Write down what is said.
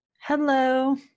Hello